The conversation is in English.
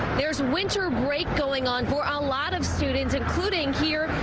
there is winter break going on for a lot of students, including here,